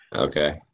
Okay